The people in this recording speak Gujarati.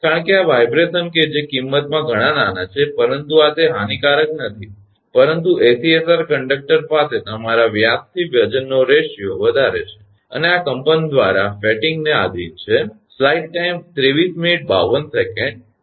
કારણકે આ વાઇબ્રેશન્સ કે જે કિંમતમાં ધણા નાના છે પરંતુ આ તે હાનિકારક નથી પરંતુ એસીએસઆર કંડક્ટર પાસે તમારા વ્યાસ થી વજનનો રેશિયો વધારે છે અને આ કંપન દ્વારા ફેટિગને આધિન છે